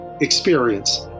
experience